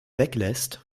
weglässt